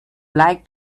like